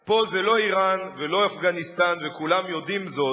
פה זה לא אירן, ולא אפגניסטן, וכולם יודעים זאת.